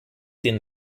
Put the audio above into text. den